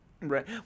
Right